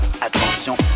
attention